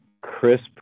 crisp